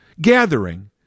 gathering